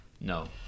No